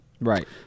Right